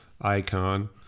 icon